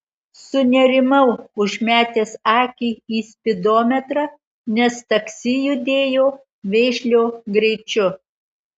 sunerimau užmetęs akį į spidometrą nes taksi judėjo vėžlio greičiu